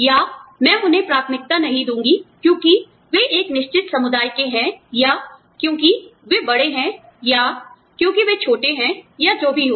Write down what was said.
या मैं उन्हें प्राथमिकता नहीं दूंगी क्योंकि वे एक निश्चित समुदाय के हैं या क्योंकि वे बड़े हैं या क्योंकि वे छोटे हैं या जो भी हो